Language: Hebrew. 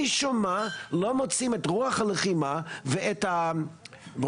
משום מה לא מוצאים את רוח הלחימה ואת הנתונים